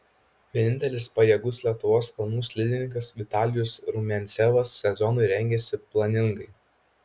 vienintelis pajėgus lietuvos kalnų slidininkas vitalijus rumiancevas sezonui rengiasi planingai